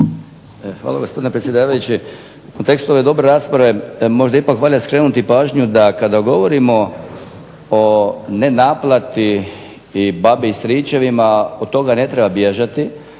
Hvala gospodine predsjedavajući. Tekst ove dobre raspravi možda ipak bolje skrenuti pažnju da kada govorimo o nenaplati i babi i stričevima, od toga ne treba bježati.